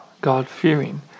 God-fearing